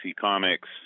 Comics